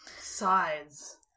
Sides